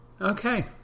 Okay